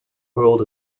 hurled